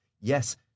Yes